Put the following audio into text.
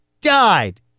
died